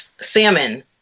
salmon